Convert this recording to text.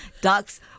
ducks